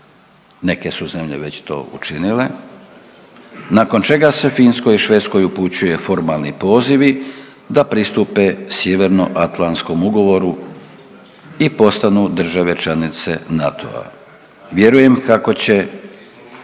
neke su zemlje već to učinile, nakon čega se Finskoj i Švedskoj upućuje formalni pozivi da pristupe Sjevernoatlantskom ugovoru i postave države članice NATO-a. Vjerujem kako će